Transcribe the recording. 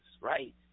right